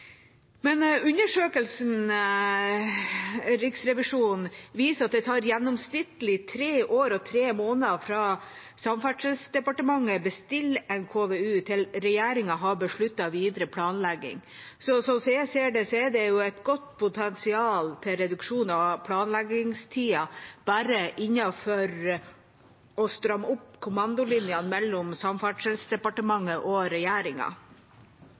Men undersøkelsen til Riksrevisjonen viser at det tar gjennomsnittlig tre år og tre måneder fra Samferdselsdepartementet bestiller en KVU til regjeringa har besluttet videre planlegging, så slik jeg ser det, er det et godt potensial for en reduksjon av planleggingstida bare innenfor det å stramme opp kommandolinjene mellom Samferdselsdepartementet og regjeringa.